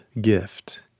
gift